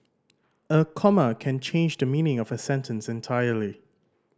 a comma can change the meaning of a sentence entirely